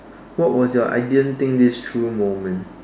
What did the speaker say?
what was your I didn't think this through moment